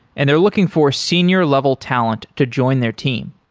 and they're looking for senior level talent to join their team.